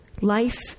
Life